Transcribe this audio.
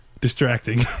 distracting